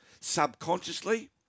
subconsciously